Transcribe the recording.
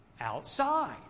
Outside